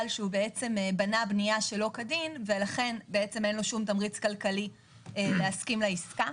שהוא בנה בניה שלא כדין ולכן אין לו שום תמריץ כלכלי להסכים לעסקה.